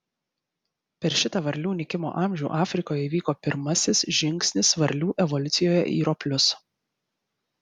per šitą varlių nykimo amžių afrikoje įvyko pirmasis žingsnis varlių evoliucijoje į roplius